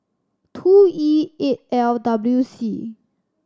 two E eight L W C